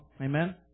Amen